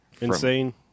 insane